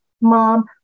mom